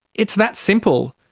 it's that simple.